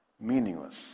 Meaningless